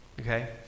okay